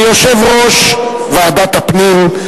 כיושב-ראש ועדת הפנים,